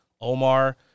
Omar